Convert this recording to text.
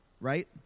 right